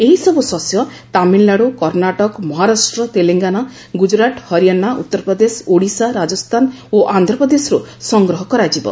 ଏହିସବୁ ଶସ୍ୟ ତାମିଲନାଡୁ କର୍ଷାଟକ ମହାରାଷ୍ଟ୍ର ତେଲେଙ୍ଗାନା ଗୁକ୍କୁରାଟ ହରିୟାନା ଉଉରପ୍ରଦେଶ ଓଡ଼ିଶା ରାଜସ୍ତାନ ଓ ଆନ୍ଧ୍ରପ୍ରଦେଶରୁ ସଂଗ୍ରହ କରାଯିବ